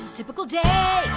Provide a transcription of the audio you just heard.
typical day